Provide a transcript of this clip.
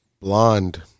Blonde